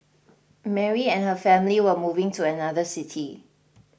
Mary and her family were moving to another city